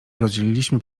rozdzieliliśmy